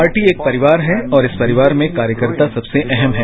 party एक परिवार है और इस पारिवार में कार्यकर्ता सबसे अहम है